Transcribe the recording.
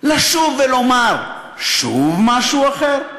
לשוב ולומר שוב משהו אחר,